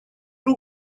bwrw